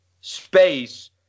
space